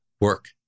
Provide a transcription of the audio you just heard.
work